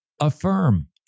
affirm